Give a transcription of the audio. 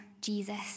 Jesus